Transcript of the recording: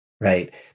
Right